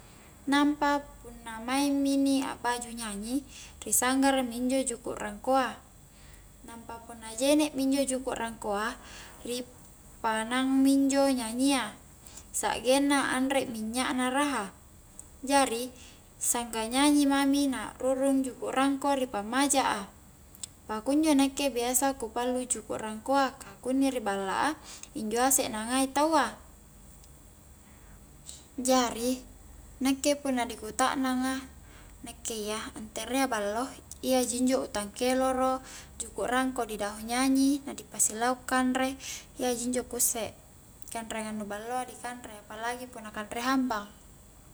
Nampa punna maing mi ni akbaju nyanyi ri sanggara mi injo juku' rangkoa nampa punna jene' mi injo juku' rangkoa ri panaung mi injo nyanyia, sa'genna anre minyya na raha jari sangga nyanyi mami na a'rurung juku' rangko ri pammaja a pakunjo nakke biasa ku pallu juku' rangkoa ka kunni ri balla a injo asek na ngai taua jari nakke punna di kutaknang a nakke iya nterea ballo iya ji injo utang keloro, juku' rangko di dahu nyanyi, na di pasilau' kanre iyaji injo ku usse kanreangang nu balloa ni kanre apalagi punna kanre hambang